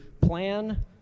plan